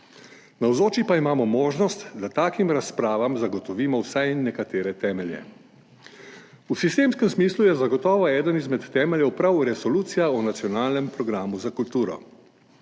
Navzoči pa imamo možnost, da takim razpravam zagotovimo vsaj nekatere temelje. V sistemskem smislu je zagotovo eden izmed temeljev prav Resolucija o nacionalnem programu za kulturo.